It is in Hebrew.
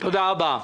תודה רבה.